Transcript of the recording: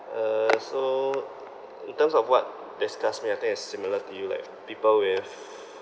uh so in terms of what disgusts me I think is similar to you like people with